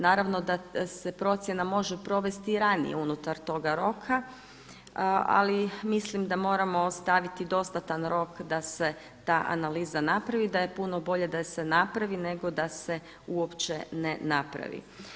Naravno da se procjena može provesti i ranije unutar toga roka ali mislim da moramo ostaviti dostatan rok da se ta analiza napravi i da je puno bolje da se napravi nego da se uopće ne napravi.